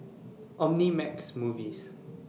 Omnimax Movies